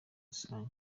rusange